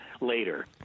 later